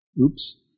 Oops